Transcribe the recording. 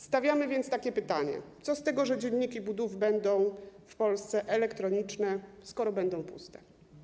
Stawiamy więc takie pytanie: Co z tego, że dzienniki budów będą w Polsce elektroniczne, skoro będą puste?